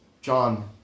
John